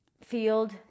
field